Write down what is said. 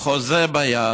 בפועל חוזה ביד?